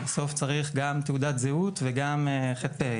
בסוף צריך גם תעודת זהות וגם ח"פ,